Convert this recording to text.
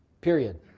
period